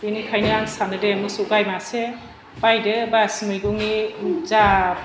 बिनिखायनो आं सानोदि मोसौ गाइ मासे बाइदो बास मैगंनि जा